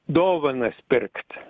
dovanas pirkt